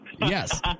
Yes